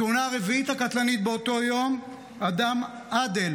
התאונה הקטלנית הרביעית באותו יום, אדם עאדל,